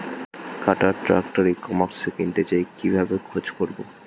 কাটার tractor ই কমার্সে কিনতে চাই কিভাবে খোঁজ করো?